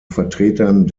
vertretern